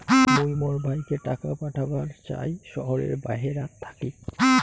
মুই মোর ভাইকে টাকা পাঠাবার চাই য়ায় শহরের বাহেরাত থাকি